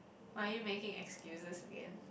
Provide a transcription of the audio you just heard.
are you making excuses again